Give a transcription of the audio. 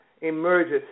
emerges